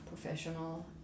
professional